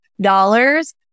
dollars